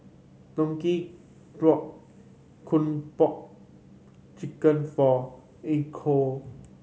bought Kung Po Chicken for